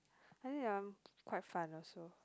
I think um quite fun also